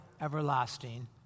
everlasting